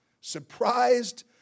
surprised